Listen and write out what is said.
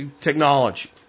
technology